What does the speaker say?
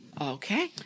Okay